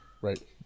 Right